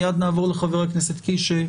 מייד נעבור לחבר הכנסת קיש,